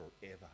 forever